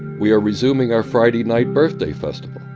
we are resuming our friday night birthday festival.